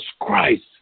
Christ